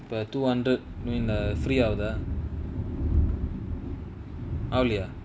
but two hundred new in lah free ஆவுதா ஆவலயா:aavuthaa aavalayaa